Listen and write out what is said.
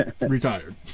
retired